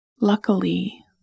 Luckily